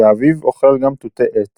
ובאביב אוכל גם תותי עץ.